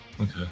Okay